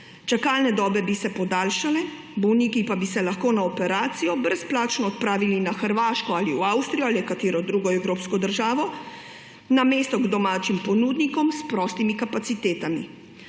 čakalne dobe bi se podaljšale, bolniki pa bi se lahko na operacijo brezplačno odpravili na Hrvaško, v Avstrijo ali v katero drugo evropsko državo namesto k domačim ponudnikom s prostimi kapacitetami.